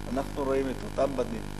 אנחנו רואים את אותם בנים,